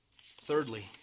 Thirdly